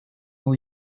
will